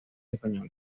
española